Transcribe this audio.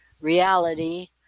Reality